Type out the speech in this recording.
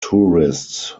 tourists